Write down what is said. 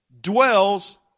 dwells